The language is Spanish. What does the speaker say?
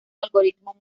algoritmo